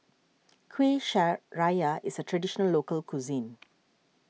Kueh is a Traditional Local Cuisine